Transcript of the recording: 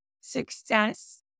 success